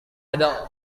ada